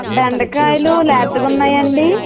బెండకాయలు లేతగా ఉన్నాయా అండి